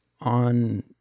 on